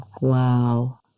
Wow